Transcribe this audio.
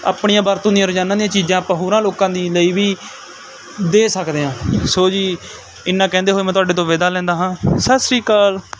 ਆਪਣੀਆਂ ਵਰਤੋਂ ਦੀਆਂ ਰੋਜ਼ਾਨਾ ਦੀਆਂ ਚੀਜ਼ਾਂ ਆਪਾਂ ਹੋਰਾਂ ਲੋਕਾਂ ਦੀ ਲਈ ਵੀ ਦੇ ਸਕਦੇ ਹਾਂ ਸੋ ਜੀ ਇੰਨਾ ਕਹਿੰਦੇ ਹੋਏ ਮੈਂ ਤੁਹਾਡੇ ਤੋਂ ਵਿਦਾ ਲੈਂਦਾ ਹਾਂ ਸਤਿ ਸ਼੍ਰੀ ਅਕਾਲ